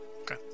Okay